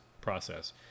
process